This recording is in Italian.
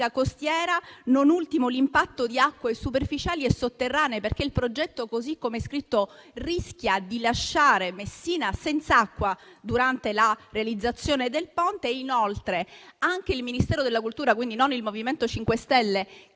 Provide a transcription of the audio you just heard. costiera; non ultimo, l'impatto di acque superficiali e sotterranee, perché il progetto, così come è scritto, rischia di lasciare Messina senz'acqua durante la realizzazione del Ponte. Inoltre, anche il Ministero della cultura (quindi non il MoVimento 5 Stelle)